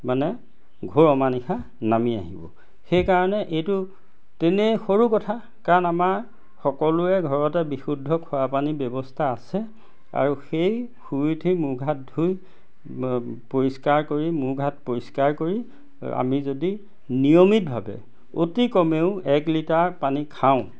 মানে ঘোৰ অমানিশা নামি আহিব সেইকাৰণে এইটো তেনেই সৰু কথা কাৰণ আমাৰ সকলোৰে ঘৰতে বিশুদ্ধ খোৱা পানীৰ ব্যৱস্থা আছে আৰু সেই শুই উঠি মুখ হাত ধুই পৰিষ্কাৰ কৰি মুখ হাত পৰিষ্কাৰ কৰি আমি যদি নিয়মিতভাৱে অতি কমেও এক লিটাৰ পানী খাওঁ